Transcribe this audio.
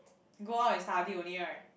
go out and study only right